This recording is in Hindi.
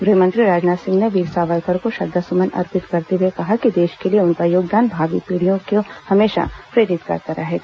गृहमंत्री राजनाथ सिंह ने वीर सावरकर को श्रद्धा सुमन अर्पित करते हुए कहा है कि देश को लिए उनका योगदान भावी पीढ़ियों को हमेशा प्रेरित करता रहेगा